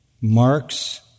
marks